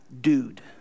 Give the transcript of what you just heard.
dude